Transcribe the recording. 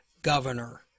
governor